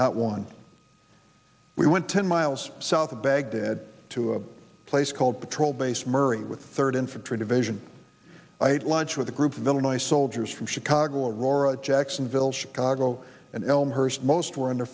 not one we went ten miles south of baghdad to a place called patrol base murray with third infantry division i had lunch with a group of illinois soldiers from chicago aurora jacksonville chicago and elmhurst most were under